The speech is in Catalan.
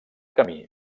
camí